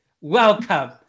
Welcome